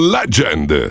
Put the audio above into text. Legend